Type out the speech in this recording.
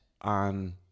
on